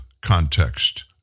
context